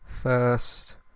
first